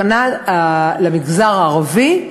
תקנה למגזר הערבי,